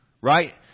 right